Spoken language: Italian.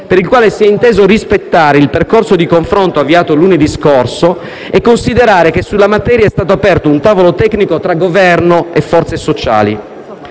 per il quale si è inteso rispettare il percorso di confronto avviato lunedì scorso e considerare che sulla materia è stato aperto un tavolo tecnico tra Governo e forze sociali;